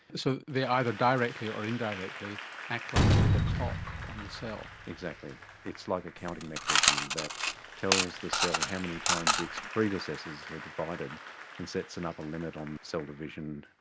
so they either directly or indirectly act like a bit of a clock on the cell? exactly, it's like a counting mechanism that tells the cell how many times its predecessors are divided and sets an upper limit on cell division.